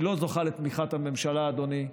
היא לא זוכה לתמיכת הממשלה, אדוני,